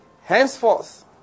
Henceforth